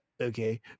Okay